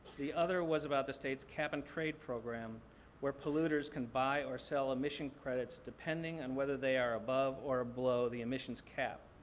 the other was about the state's cap-and-trade program where polluters can buy or sell emission credits depending on whether they are above or ah below the emissions cap.